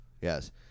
yes